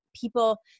people